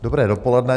Dobré dopoledne.